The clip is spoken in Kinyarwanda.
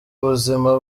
ubuzima